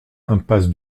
impasse